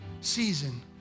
season